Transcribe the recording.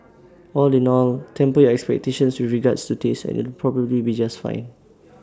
all in all temper your expectations with regards to taste and it'll probably be just fine